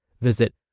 Visit